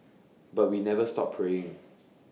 but we never stop praying